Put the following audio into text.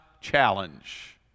challenge